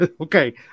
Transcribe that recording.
okay –